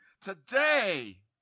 Today